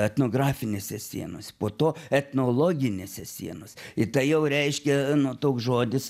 etnografinėse sienose po to etnologinėse sienose i tai jau reiškia toks žodis